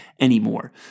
anymore